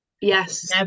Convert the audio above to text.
yes